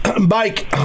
Mike